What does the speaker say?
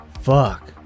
Fuck